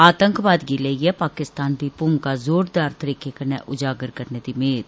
आतंकवाद गी लेइयै पाकिस्तान दी भूमिका जोरदार तरीके कन्नै उजागर करने दी मेद